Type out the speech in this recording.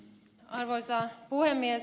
arvoisa puhemies